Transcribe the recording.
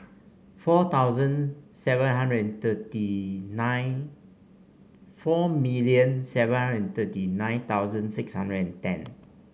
four thousand seven hundred and thirty nine four million seven hundred and thirty nine thousand six hundred and ten